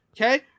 okay